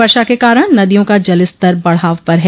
वर्षा के कारण नदियों का जलस्तर बढ़ाव पर है